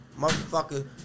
Motherfucker